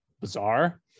bizarre